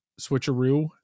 switcheroo